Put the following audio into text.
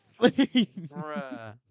Bruh